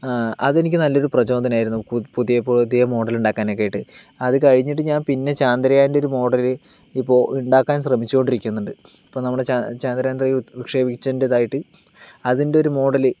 അതെനിക്ക് നല്ലൊരു പ്രചോദനമായിരുന്നു പുതിയ പുതിയ മോഡൽ ഉണ്ടാക്കാനൊക്കെയായിട്ട് അതു കഴിഞ്ഞിട്ട് ഞാൻ പിന്നെ ചാന്ദ്രയാൻ്റെ ഒരു മോഡൽ ഇപ്പോൾ ഉണ്ടാക്കാൻ ശ്രമിച്ചുകൊണ്ടിരിക്കുന്നുണ്ട് ഇപ്പോൾ നമ്മുടെ ചന്ദ്രായൻ ത്രീ വിക്ഷേപിച്ചതിൻ്റെ ഇതായിട്ട് അതിൻ്റെ ഒരു മോഡൽ